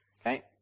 Okay